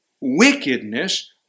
wickedness